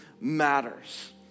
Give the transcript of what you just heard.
matters